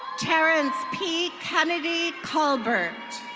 terence p kennedy-culbert.